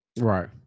Right